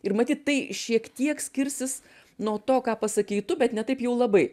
ir matyt tai šiek tiek skirsis nuo to ką pasakei tu bet ne taip jau labai